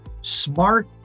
smart